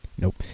nope